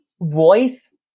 voice